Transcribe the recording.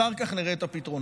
אחר כך נראה את הפתרונות.